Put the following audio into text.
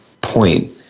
point